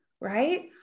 right